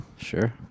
Sure